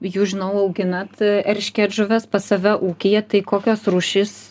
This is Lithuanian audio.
jūs žinau auginat eršketžuves pas save ūkyje tai kokias rūšis